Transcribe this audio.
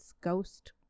ghost